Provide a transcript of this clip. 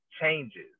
changes